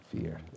fear